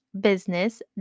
business